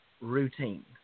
routine